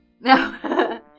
No